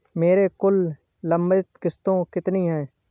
मेरी कुल लंबित किश्तों कितनी हैं?